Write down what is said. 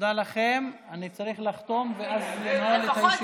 אוריאל בוסו, בעד, יוסף טייב, בעד, ינון אזולאי,